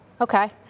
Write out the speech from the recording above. Okay